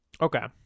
Okay